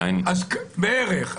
בערך.